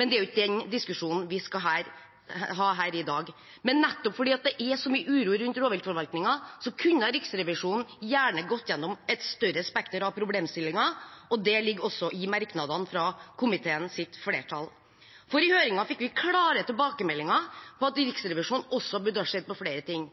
Det er ikke den diskusjonen vi skal ha her i dag, men nettopp fordi det er så mye uro rundt rovviltforvaltningen, kunne Riksrevisjonen gjerne gått gjennom et større spekter av problemstillinger, og det ligger også i merknadene fra komiteens flertall. I høringen fikk vi klare tilbakemeldinger om at Riksrevisjonen også burde sett på flere ting,